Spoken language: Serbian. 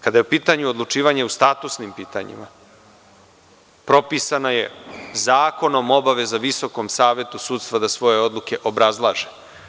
Kada je u pitanju odlučivanje o statusnim pitanjima, propisana je zakonom obaveza VSS da svoje odluke obrazlaže.